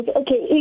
okay